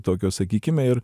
tokios sakykime ir